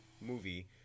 movie